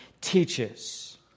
teaches